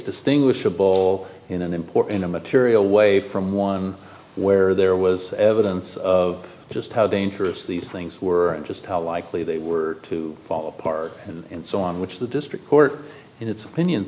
distinguishable in an import in a material way from one where there was evidence of just how dangerous these things were and just how likely they were to fall apart and so on which the district court and its